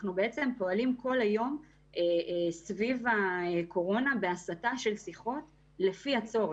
אנחנו בעצם פועלים כל היום סביב הקורונה בהסטה של שיחות לפי הצורך.